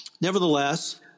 Nevertheless